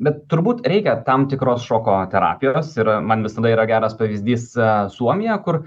bet turbūt reikia tam tikros šoko terapijos ir man visada yra geras pavyzdys suomija kur